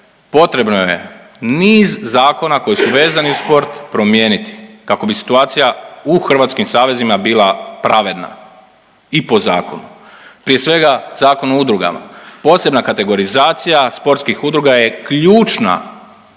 potrebno je niz zakona koji su vezani uz sport promijeniti kako bi situacija u hrvatskim savezima bila pravedna i po zakonu. Prije svega Zakon o udrugama, posebna kategorizacija sportskih udruga je ključna,